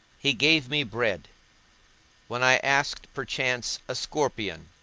he gave me bread when i asked, perchance, a scorpion,